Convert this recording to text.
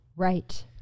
Right